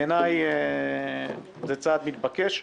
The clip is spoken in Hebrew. בעיניי זה צעד מתבקש.